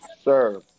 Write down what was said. sir